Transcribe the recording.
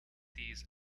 these